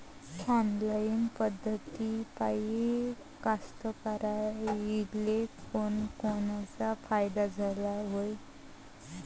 Online पद्धतीपायी कास्तकाराइले कोनकोनचा फायदा झाला हाये?